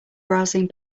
browsing